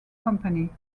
company